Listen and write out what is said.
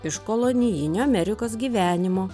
iš kolonijinio amerikos gyvenimo